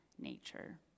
nature